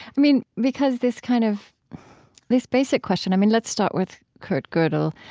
i mean, because this kind of this basic question, i mean, let's start with kurt godel,